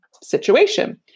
situation